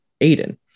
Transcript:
Aiden